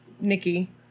nikki